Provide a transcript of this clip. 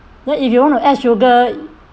then if you want to add sugar